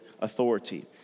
authority